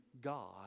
God